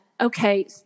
okay